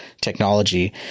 technology